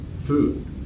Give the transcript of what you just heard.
food